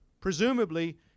Presumably